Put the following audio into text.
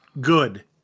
good